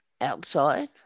outside